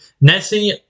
Nessie